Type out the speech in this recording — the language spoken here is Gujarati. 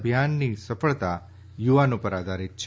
અભિયાનની સફળતા યુવાનો ઉપર આધારિત છે